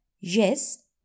yes